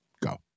Go